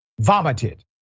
vomited